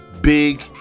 big